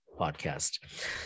podcast